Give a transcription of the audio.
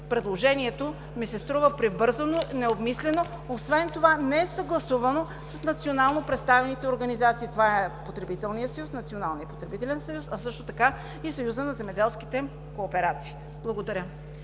предложението ми се струва прибързано, необмислено. Освен това не е съгласувано с национално представените организации, това е Националният потребителен съюз и Съюзът на земеделските кооперации. Благодаря.